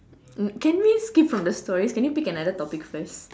can we skip from the stories can you pick another topic first